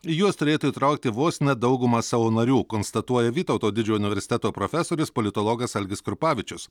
į juos turėtų įtraukti vos ne daugumą savo narių konstatuoja vytauto didžiojo universiteto profesorius politologas algis krupavičius